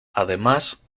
además